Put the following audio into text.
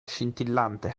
scintillante